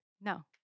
No